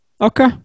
okay